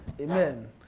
amen